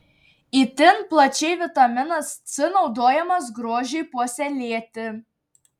itin plačiai vitaminas c naudojamas grožiui puoselėti